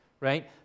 right